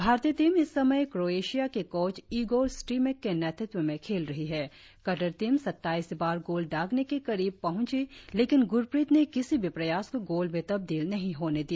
भारतीय टीम इस समय क्रोएशिया के कोच इगोर स्टीमैक के नेतृत्व में खेल रही कतर टीम सत्ताईस बार गोल दागने के करीब पहुंची लेकिन गुरप्रीत ने किसी भी प्रयास को गोल में तबदील नहीं होने दिया